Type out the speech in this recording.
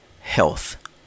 health